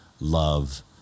love